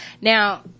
Now